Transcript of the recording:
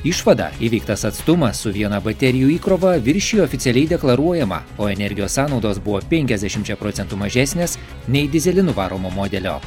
išvada įveiktas atstumas su viena baterijų įkrova viršijo oficialiai deklaruojamą o energijos sąnaudos buvo penkiasdešimčia procentų mažesnės nei dyzelinu varomo modelio